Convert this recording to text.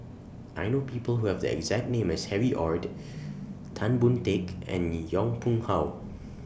I know People Who Have The exact name as Harry ORD Tan Boon Teik and Yong Pung How